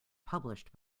published